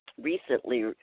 recently